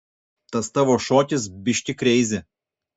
tas tavo šokis biški kreizi